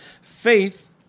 Faith